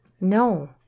No